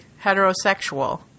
heterosexual